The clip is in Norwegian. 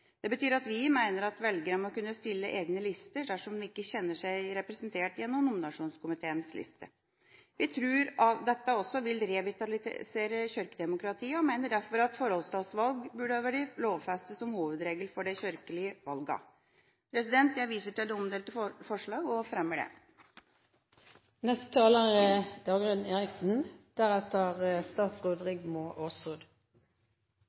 Det betyr at vi mener at velgerne må kunne stille egne lister dersom de ikke kjenner seg representert gjennom nominasjonskomiteens liste. Vi tror dette også vil revitalisere kirkedemokratiet, og mener derfor at forholdstallsvalg burde vært lovfestet som hovedregelen for de kirkelige valgene. Jeg viser til det omdelte forslaget og fremmer